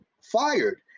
fired